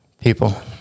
People